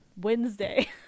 Wednesday